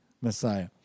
Messiah